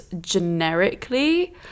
generically